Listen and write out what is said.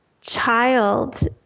child